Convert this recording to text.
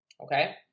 Okay